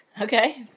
Okay